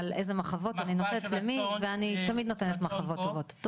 אני אחליט על איזה מחוות אני נותנת ולמי ואני תמיד נותנת מחוות טובות.